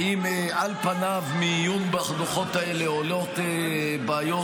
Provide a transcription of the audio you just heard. האם על פניו מעיון בדוחות האלה עולות בעיות